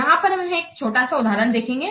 यहां पर हम एक छोटा सा उदाहरण देखेंगे